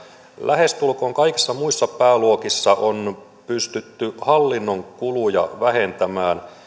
lähestulkoon kaikissa muissa pääluokissa on pystytty hallinnon kuluja vähentämään mutta